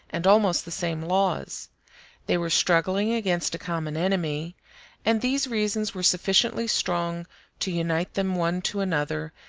and almost the same laws they were struggling against a common enemy and these reasons were sufficiently strong to unite them one to another,